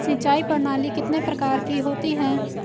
सिंचाई प्रणाली कितने प्रकार की होती हैं?